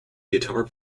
guitar